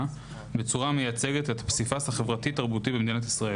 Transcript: בצורה המייצגת את הפסיפס החברתי-תרבותי במדינת ישראל,